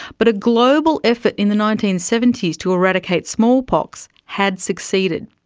but a global effort in the nineteen seventy s to eradicate smallpox had succeeded.